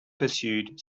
pursued